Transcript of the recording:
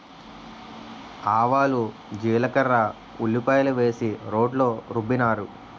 ఆవాలు జీలకర్ర ఉల్లిపాయలు వేసి రోట్లో రుబ్బినారు